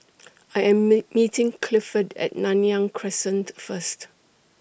I Am meet meeting Clifford At Nanyang Crescent First